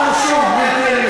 זמנך,